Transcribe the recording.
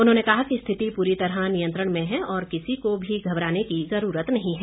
उन्होंने कहा कि स्थिति पूरी तरह नियंत्रण में है और किसी को भी घबराने की जरूरत नहीं है